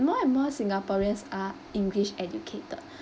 more and more singaporeans are english educated